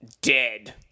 Dead